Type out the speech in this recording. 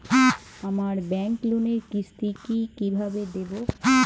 আমার ব্যাংক লোনের কিস্তি কি কিভাবে দেবো?